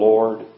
Lord